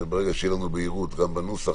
וברגע שתהיה לנו בהירות גם בנוסח,